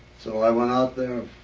so i went out there.